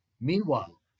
Meanwhile